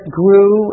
grew